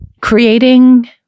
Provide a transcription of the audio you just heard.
creating